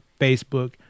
Facebook